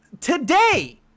today